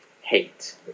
hate